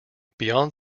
beyond